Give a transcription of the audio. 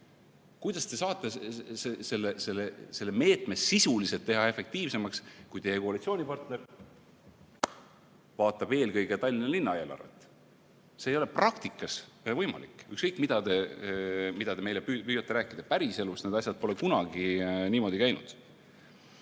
Kuidas te saate selle meetme sisuliselt teha efektiivsemaks, kui teie koalitsioonipartner vaatab eelkõige Tallinna linna eelarvet? See ei ole praktikas võimalik, ükskõik mida te meile püüate rääkida. Päriselus need asjad pole kunagi niimoodi käinud.